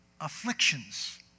Afflictions